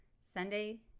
Sunday